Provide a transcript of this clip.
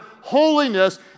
holiness